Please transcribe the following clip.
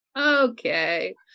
okay